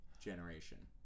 generation